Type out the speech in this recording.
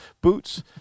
boots